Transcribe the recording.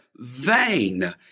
Vain